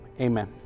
Amen